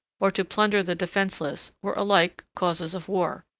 or to plunder the defenceless, were alike causes of war.